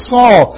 Saul